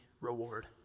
reward